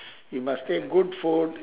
you must take good food